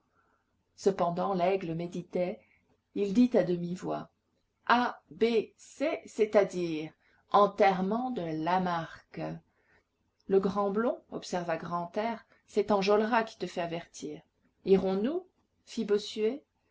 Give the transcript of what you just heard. cependant laigle méditait il dit à demi-voix a b c c'est-à-dire enterrement de lamarque le grand blond observa grantaire c'est enjolras qui te fait avertir irons-nous